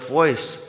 voice